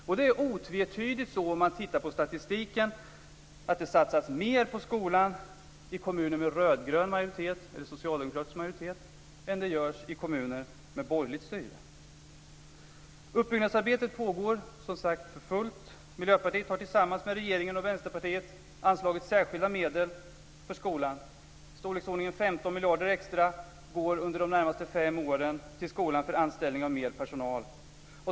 Sett till statistiken är det otvetydigt så att det satsas mer på skolan i kommuner med rödgrön eller socialdemokratisk majoritet än som görs i kommuner med borgerligt styre. Uppbyggnadsarbetet pågår, som sagt, för fullt. Miljöpartiet har tillsammans med regeringen och storleksordningen 15 miljarder extra går under de närmaste fem åren till skolan för anställning av mer personal.